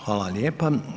Hvala lijepa.